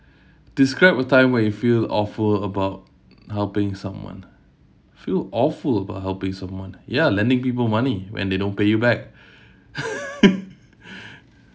describe a time when you feel awful about helping someone feel awful about helping someone ya lending give you money when they don't pay you back